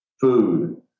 food